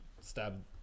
stab